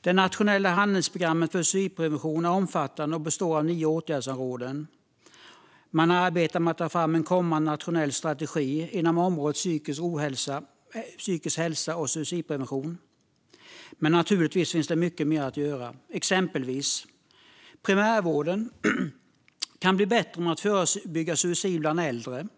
Det nationella handlingsprogrammet för suicidprevention är omfattande och består av nio åtgärdsområden. Man arbetar med att ta fram en kommande nationell strategi inom området psykisk hälsa och suicidprevention. Men naturligtvis finns mycket mer att göra. Exempelvis kan primärvården bli bättre på att förebygga suicid bland äldre.